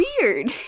weird